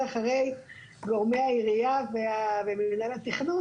שתיתן לי לדבר אחרי גורמי העירייה ומינהל התכנון